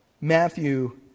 Matthew